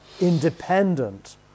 independent